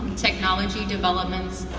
technology developments